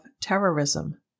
terrorism